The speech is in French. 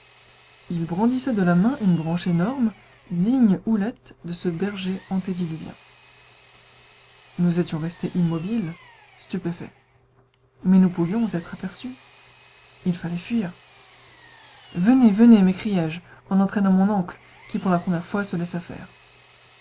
il brandissait de la main une branche énorme digne houlette de ce berger antédiluvien nous étions restés immobiles stupéfaits mais nous pouvions être aperçus il fallait fuir venez venez m'écriai-je en entraînant mon oncle qui pour la première fois se laissa faire